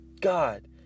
God